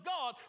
God